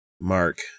Mark